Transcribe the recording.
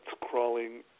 crawling